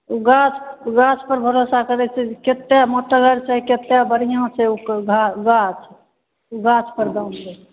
ओ गाछ गाछ पर भरोसा करैत छियै जे कत्तेक मोटगर छै कत्तेक बढ़िआँ छै ओ गा गाछ गाछ पर दाम लै